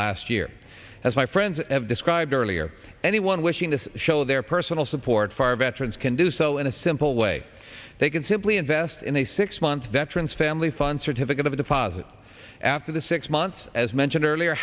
last year as my friends have described earlier anyone wishing to show their personal support for veterans can do so in a simple way they can simply invest in a six month veterans family fun certificate of deposit after the six months as mentioned earlier